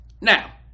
Now